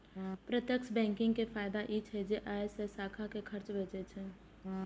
प्रत्यक्ष बैंकिंग के फायदा ई छै जे अय से शाखा के खर्च बचै छै